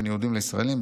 בין יהודים לישראלים,